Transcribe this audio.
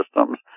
systems